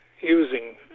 using